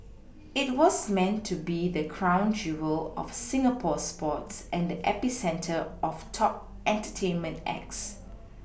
it was meant to be the crown jewel of Singapore sports and the epicentre of top entertainment acts